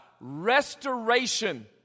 restoration